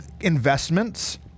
investments